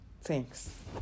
Thanks